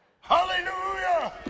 Hallelujah